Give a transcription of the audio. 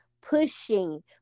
pushing